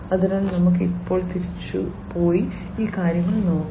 അതിനാൽ നമുക്ക് ഇപ്പോൾ തിരിച്ചുപോയി ഈ കാര്യങ്ങൾ നോക്കാം